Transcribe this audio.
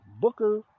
Booker